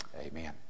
Amen